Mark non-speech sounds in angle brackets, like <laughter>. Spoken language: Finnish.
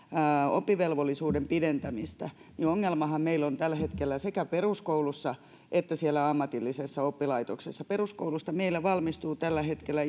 oppivelvollisuuden pidentämistä niin ongelmahan meillä on tällä hetkellä sekä peruskoulussa että siellä ammatillisessa oppilaitoksessa peruskoulusta meillä valmistuu tällä hetkellä <unintelligible>